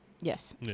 Yes